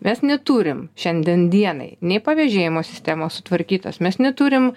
mes neturim šiandien dienai nei pavežėjimo sistemos sutvarkytos mes neturim